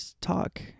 talk